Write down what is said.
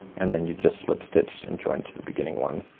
and then you just slip stitch and join to the beginning one.